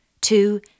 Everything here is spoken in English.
Two